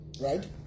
right